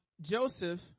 Joseph